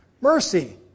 mercy